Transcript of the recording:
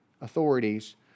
authorities